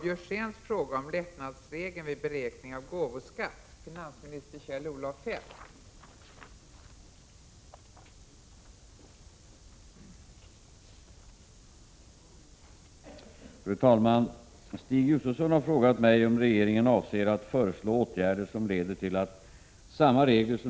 Avser regeringen att föreslå åtgärder som innebär att samma regler som nu gäller vid arv också skall kunna tillämpas vid generationsskifte under livstiden?